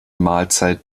mahlzeit